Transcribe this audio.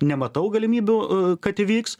nematau galimybių kad įvyks